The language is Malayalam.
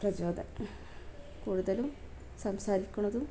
പ്രചോദനം കൂടുതലും സംസാരിക്കുന്നതും